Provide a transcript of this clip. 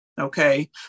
okay